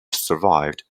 survived